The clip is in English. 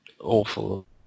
awful